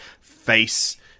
face